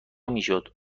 میشد